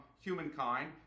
humankind